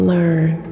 Learn